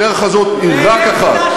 הדרך הזאת היא רק אחת,